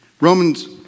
Romans